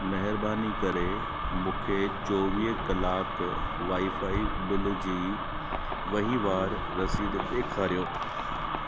महिरबानी करे मूंखे चोवीह कलाक वाई फाई बिल जी वहिंवारु रसीद ॾेखारियो